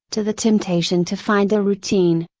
to the temptation to find a routine,